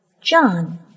John